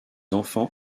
enfants